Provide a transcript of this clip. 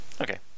okay